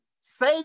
say